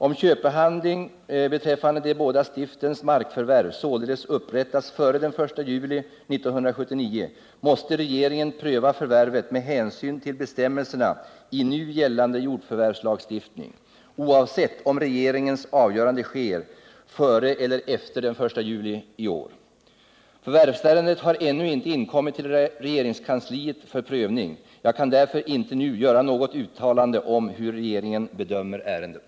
Om köpehandling beträffande de båda stiftens markförvärv således upprättats före den 1 juli 1979, måste regeringen pröva förvärvet med hänsyn till bestämmelserna i nu gällande jordförvärvslagstiftning oavsett om regeringens avgörande sker före eller efter den 1 juli i år. Förvärvsärendet har ännu inte inkommit till regeringskansliet för prövning. Jag kan därför inte nu göra något uttalande om hur regeringen bedömer ärendet.